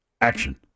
Action